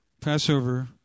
Passover